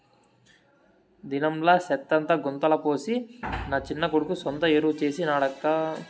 దినంలా సెత్తంతా గుంతల పోసి నా చిన్న కొడుకు సొంత ఎరువు చేసి నాడక్కా